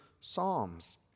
Psalms